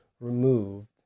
removed